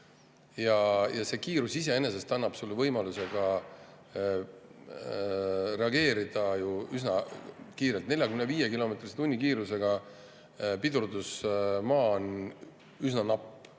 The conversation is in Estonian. ja see kiirus iseenesest annab ju võimaluse reageerida üsna kiirelt. 45-kilomeetrise tunnikiirusega on pidurdusmaa üsna napp,